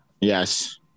Yes